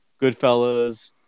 Goodfellas